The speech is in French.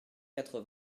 quatre